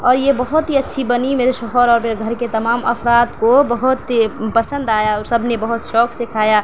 اور یہ بہت ہی اچّھی بنی میرے شوہر اور میرے گھر کے تمام افراد کو بہت ہی پسند آیا اور سب نے بہت شوق سے کھایا